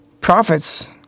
Prophets